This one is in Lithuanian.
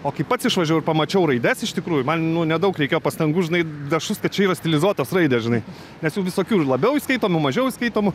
o kai pats išvažiavau ir pamačiau raides iš tikrųjų man nu nedaug reikėjo pastangų žinai dašust kad čia yra stilizuotos raidės žinai nes jų visokių ir labiau įskaitomų mažiau įskaitomų